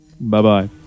Bye-bye